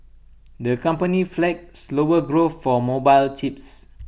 the company flagged slower growth for mobile chips